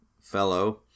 fellow